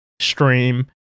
stream